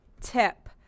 tip